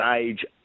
age